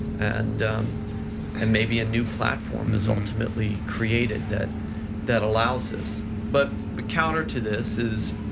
and and maybe a new platform is ultimately created that that allows us, but the counter to this is